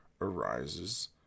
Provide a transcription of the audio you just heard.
arises